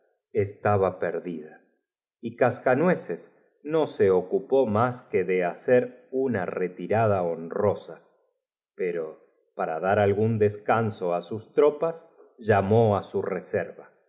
estaba perdida y cascanueces no se ocupó más que de hace r una retir ada hon rosa peto para dat algú n descanso á sus trop as llamó á su reserva